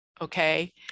okay